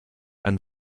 and